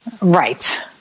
Right